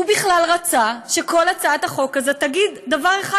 הוא בכלל רצה שכל הצעת החוק הזאת תגיד דבר אחד,